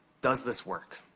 does this work?